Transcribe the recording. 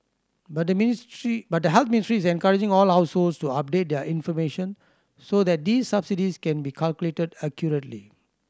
but the ministry but the Health Ministry is encouraging all households to update their information so that these subsidies can be calculated accurately